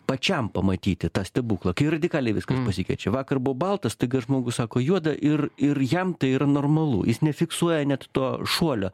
pačiam pamatyti tą stebuklą kai radikaliai viskas pasikeičia vakar buvo balta staiga žmogus sako juoda ir ir jam tai yra normalu jis nefiksuoja net to šuolio